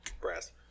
Brass